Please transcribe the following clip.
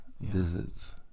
visits